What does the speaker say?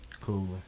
Cool